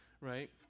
right